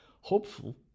Hopeful